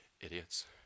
idiots